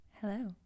hello